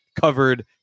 covered